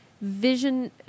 vision